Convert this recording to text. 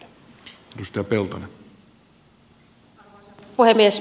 arvoisa puhemies